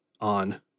on